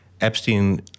Epstein